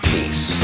Peace